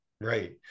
Right